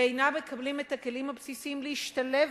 ואינם מקבלים את הכלים הבסיסיים להשתלב